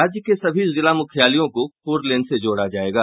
राज्य के सभी जिला मुख्यालयों को फोरलेन से जोड़ा जायेगा